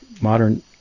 modern